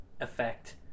effect